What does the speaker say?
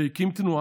והקים תנועה,